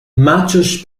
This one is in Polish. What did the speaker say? maciuś